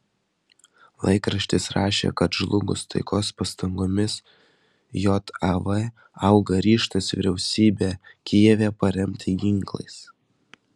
laikraštis rašė kad žlugus taikos pastangoms jav auga ryžtas vyriausybę kijeve paremti ginklais